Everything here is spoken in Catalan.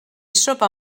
sopa